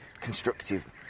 constructive